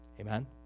Amen